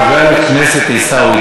חבר הכנסת עיסאווי,